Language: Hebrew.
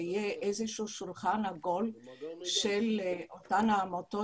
שיהיה איזשהו שולחן עגול של אותן עמותות